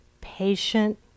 patient